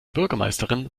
bürgermeisterin